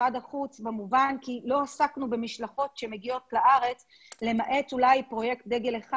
לא עסקנו במשלחות שמגיעות לארץ למעט אולי פרויקט דגל אחד